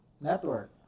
network